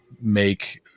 make